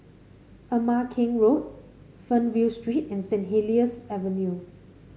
Ama Keng Road Fernvale Street and Saint Helier's Avenue